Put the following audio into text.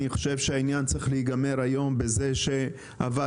אני חושב שהעניין צריך להיגמר היום בזה שהוועדה